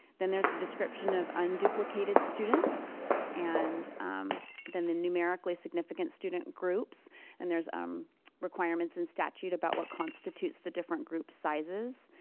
then there's the description of unduplicated students and then the numerically significant student groups and their um requirements and statute about what constitutes the different group sizes.